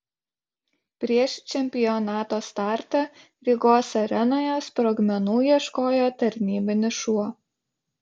prieš čempionato startą rygos arenoje sprogmenų ieškojo tarnybinis šuo